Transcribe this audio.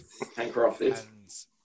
handcrafted